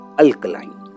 alkaline